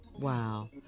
Wow